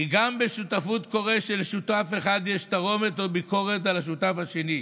כי גם בשותפות קורה שלשותף אחד יש תרעומת או ביקורת על השותף השני,